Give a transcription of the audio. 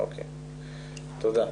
אוקיי תודה.